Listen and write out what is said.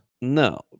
No